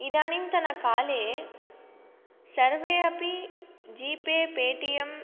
इदानीन्तनकाले सर्वे अपि G pay pay T M